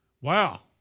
Wow